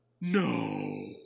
No